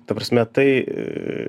ta prasme tai